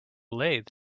lathe